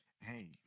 Hey